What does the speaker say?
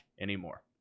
anymore